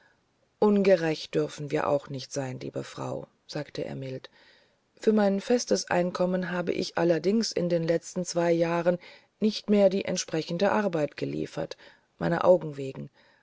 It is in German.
ungerecht dürfen wir aber auch nicht sein liebe frau sagte er mild für mein festes einkommen habe ich allerdings in den letzten zwei jahren nicht mehr die entsprechende arbeit geliefert meiner augen wegen